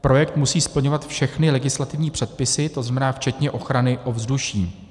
Projekt musí splňovat všechny legislativní předpisy, to znamená včetně ochrany ovzduší.